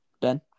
Ben